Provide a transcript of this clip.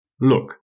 Look